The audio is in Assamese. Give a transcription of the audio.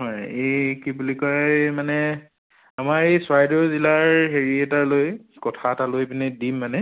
হয় এই কি বুলি কয় এই মানে আমাৰ এই চৰাইদেউ জিলাৰ হেৰি এটা লৈ কথা এটালৈ পিনি দিম মানে